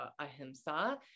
ahimsa